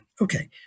Okay